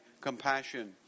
compassion